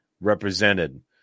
represented